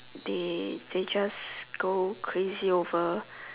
they they just go crazy over